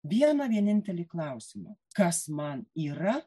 vieną vienintelį klausimą kas man yra